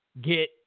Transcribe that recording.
get